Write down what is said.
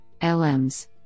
LMs